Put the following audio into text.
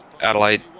Adelaide